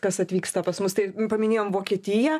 kas atvyksta pas mus tai paminėjom vokietiją